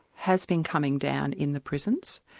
has been coming down in the prisons.